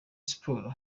sports